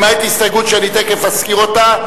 למעט הסתייגות שאני תיכף אזכיר אותה,